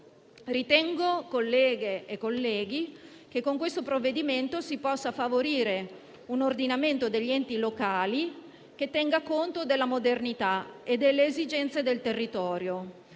Ritengo, colleghe e colleghi, che con questo provvedimento si possa favorire un ordinamento degli enti locali che tenga conto della modernità e delle esigenze del territorio,